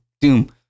doom